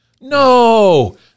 no